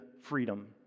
freedom